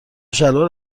شلوار